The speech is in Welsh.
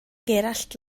gerallt